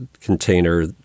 container